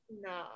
No